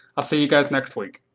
i'll see you guys next week.